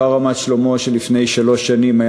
אותה רמת-שלמה שלפני שלוש שנים היה